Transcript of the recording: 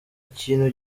ikintu